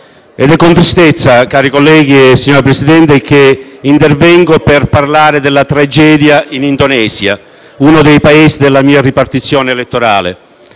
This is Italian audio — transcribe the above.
È con tristezza, cari colleghi e signor Presidente, che intervengo per parlare della tragedia in Indonesia, uno dei Paese della mia ripartizione elettorale.